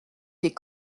des